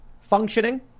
functioning